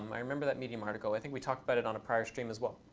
um i remember that medium article. i think we talked about it on a prior stream as well.